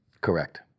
Correct